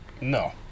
No